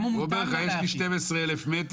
הוא אומר לך: יש לי 12,000 מ"ר,